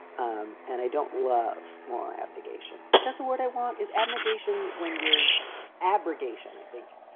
um and i don't love moral abnegation. is that the word i want? is abnegation when your abrogation? i think.